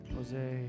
Jose